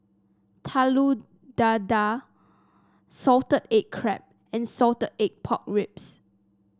Telur Dadah Salted Egg Crab and Salted Egg Pork Ribs